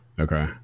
Okay